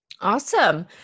Awesome